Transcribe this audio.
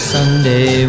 Sunday